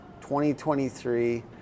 2023